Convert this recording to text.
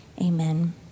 Amen